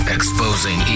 Exposing